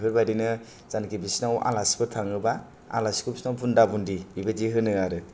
बेफोरबायदिनो जानाखि बिसिनाव आलासिफोर थाङोबा आलासिखौ बिसिनाआव बुन्दा बुन्दि बेबायदि होनो आरो